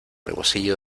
rebocillo